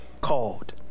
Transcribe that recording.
called